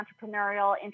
entrepreneurial